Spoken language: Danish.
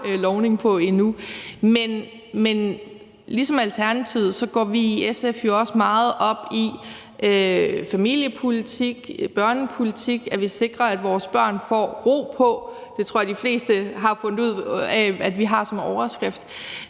lovning på endnu. Men ligesom Alternativet går vi i SF jo også meget op i familiepolitik og børnepolitik og i, at vi sikrer, at vores børn får ro på – det tror jeg de fleste har fundet ud af at vi har som overskrift.